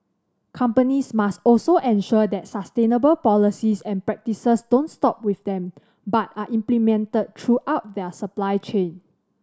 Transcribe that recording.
companies must also ensure that sustainable policies and practices don't stop with them but are implemented throughout their supply chain